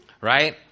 right